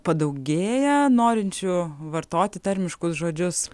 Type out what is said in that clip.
padaugėja norinčių vartoti tarmiškus žodžius